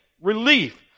relief